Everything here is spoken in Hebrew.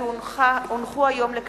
כי הונחה היום על שולחן הכנסת,